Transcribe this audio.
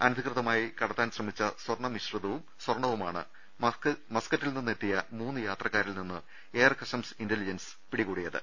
അനധികൃതമായി ക്ടത്താൻ ശ്രമിച്ച സ്വർണ്ണ മിശ്രിതവും സ്വർണ്ണവുമാണ് മസ്ക്കറ്റിൽനിന്നെ ത്തിയ മൂന്ന് യാത്രക്കാരിൽനിന്ന് എയർ കസ്റ്റംസ് ഇന്റ ലിജൻസ് വിഭാഗം പിടിച്ചെടുത്തത്